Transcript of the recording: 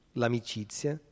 l'amicizia